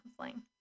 counseling